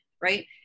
Right